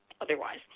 otherwise